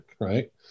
right